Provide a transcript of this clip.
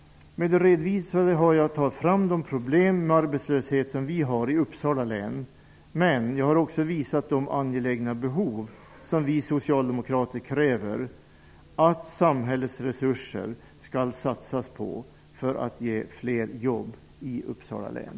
Med det redovisade har jag tagit fram de problem med arbetslöshet som vi har i Uppsala län. Jag har också visat vilka angelägna behov som vi socialdemokrater kräver att samhället satsar sina resurser på, så att fler arbeten skapas i Uppsala län.